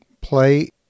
play